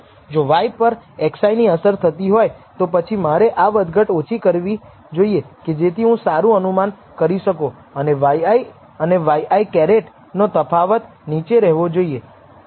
જો y પર xi ની અસર થતી હોય તો પછી મારે આ વધઘટ ઓછી કરવી જોઈએ જેથી હું સારુ અનુમાન કરી શકો અને yi અને ŷi નો તફાવત નીચો રહેવો જોઈએ